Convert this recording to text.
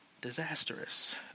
disastrous